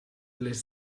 les